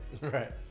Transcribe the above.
right